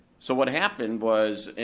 so what happened was,